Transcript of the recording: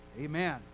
Amen